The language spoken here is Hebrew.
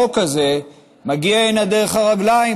החוק הזה מגיע הנה דרך הרגליים,